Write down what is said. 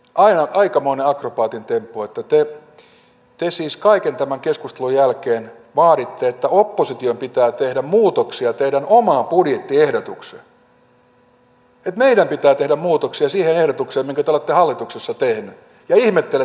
siis aikamoinen akrobaatin temppu että te kaiken tämän keskustelun jälkeen vaaditte että opposition pitää tehdä muutoksia teidän omaan budjettiehdotukseenne että meidän pitää tehdä muutoksia siihen ehdotukseen minkä te olette hallituksessa tehneet ja ihmettelette että kun me emme tee niitä